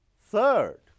Third